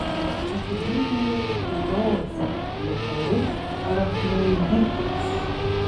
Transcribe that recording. epidurinė fibrozė lokalus arachnoiditas